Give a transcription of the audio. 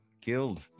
killed